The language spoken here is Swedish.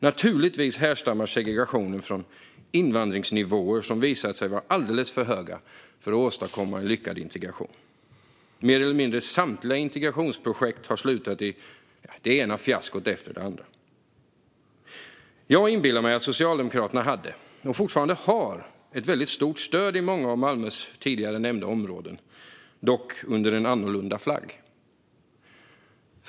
Naturligtvis härstammar segregationen från invandringsnivåer som visat sig vara alldeles för höga för att det ska gå att åstadkomma en lyckad integration. Mer eller mindre samtliga integrationsprojekt har slutat i det ena fiaskot efter det andra. Jag inbillar mig att Socialdemokraterna hade, och fortfarande har, ett väldigt stort stöd i många av Malmös tidigare nämnda områden - dock under en annorlunda flagg.